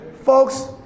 Folks